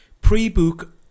Pre-book